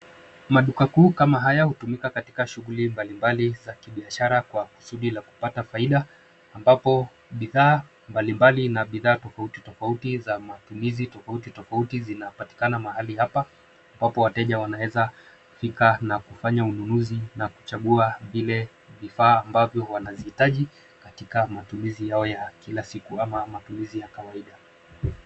Maduka kuu kama haya hutumika katika shughuli mbali mbali za kibiashara kwa kusudi la kupata faida, ambapo bidhaa mbali mbali na bidhaa tofauti tofauti za matumizi tofauti tofauti zinapatikana mahali hapa, ambapo wateja wanaeza fika na kufanya ununuzi na kuchagua vile vifaa ambavyo wanazihitaji katika matumizi yao ya kila siku ama matumizi ya kawaida.